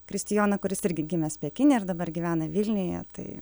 kristijoną kuris irgi gimęs pekine ir dabar gyvena vilniuje tai